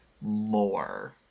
more